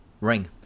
ring